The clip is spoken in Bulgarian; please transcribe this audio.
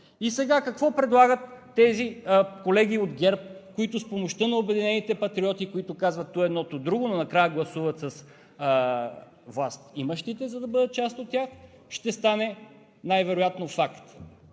И сега какво предлагат тези колеги от ГЕРБ с помощта на „Обединени патриоти“, които казват ту едно, ту друго, но накрая гласуват с властимащите, за да бъдат част от тях, и ще стане най-вероятно факт?